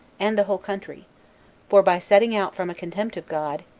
and the whole country for, by setting out from a contempt of god,